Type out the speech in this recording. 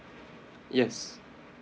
yes